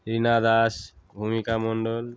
Rina Das Bhumika Mondal